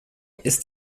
ist